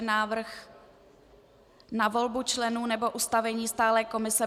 Návrh na volbu členů nebo ustavení stálé komise